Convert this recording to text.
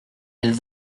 elles